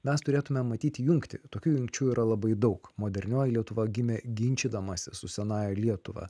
mes turėtume matyti jungtį tokių jungčių yra labai daug modernioji lietuva gimė ginčydamasis su senąja lietuva